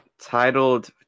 titled